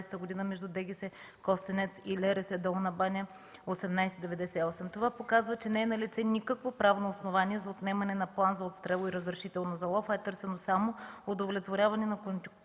Това показва, че не е налице никакво правно основание за отнемане на план за отстрел и разрешително за лов, а е търсено само удовлетворяване на конюнктурни